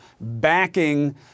backing